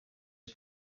est